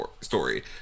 story